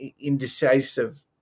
indecisive